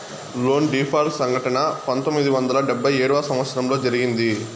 loan default సంఘటన పంతొమ్మిది వందల డెబ్భై ఏడవ సంవచ్చరంలో జరిగింది